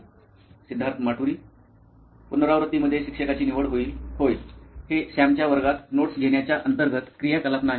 सिद्धार्थ माटुरी मुख्य कार्यकारी अधिकारी नॉइन इलेक्ट्रॉनिक्स पुनरावृत्तीमध्ये शिक्षकाची निवड होईल होय हे सॅमच्या वर्गात नोट्स घेण्याच्या अंतर्गत क्रियाकलाप नाही